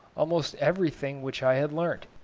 almost everything which i had learnt,